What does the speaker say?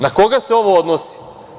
Na koga se ovo odnosi?